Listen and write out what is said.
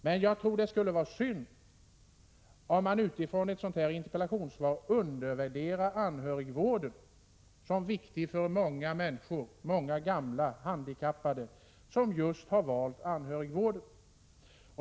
Jag tror att det skulle vara synd om man utifrån ett sådant här interpellationssvar undervärderar anhörigvården och dess betydelse för många människor — för många gamla och handikappade — som har valt just anhörigvården.